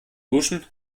duschen